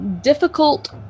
difficult